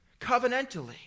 covenantally